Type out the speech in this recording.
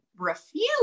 refuse